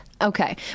Okay